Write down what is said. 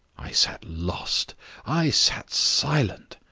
i sat lost i sat silent.